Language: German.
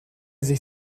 sich